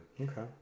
Okay